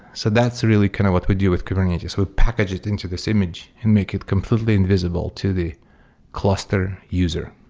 so that's really kind of what we do with kubernetes. we'll package it into this image and make it completely invisible to the cluster user.